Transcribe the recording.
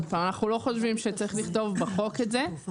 שוב,